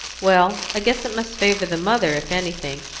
well, i guess it must favour the mother, if anything.